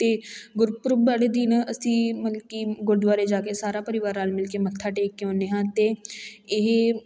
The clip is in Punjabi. ਅਤੇ ਗੁਰਪੁਰਬ ਵਾਲੇ ਦਿਨ ਅਸੀਂ ਮਲ ਕਿ ਗੁਰਦੁਆਰੇ ਜਾ ਕੇ ਸਾਰਾ ਪਰਿਵਾਰ ਰਲ ਮਿਲ ਕੇ ਮੱਥਾ ਟੇਕ ਕੇ ਆਉਦੇ ਹਾਂ ਅਤੇ ਇਹ